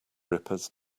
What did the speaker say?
rippers